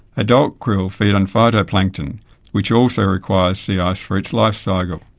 adult krill feed on phytoplankton which also requires sea ice for its life cycle.